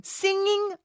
singing